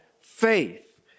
faith